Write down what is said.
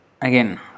again